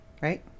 right